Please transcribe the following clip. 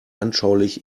anschaulich